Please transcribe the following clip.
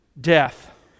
death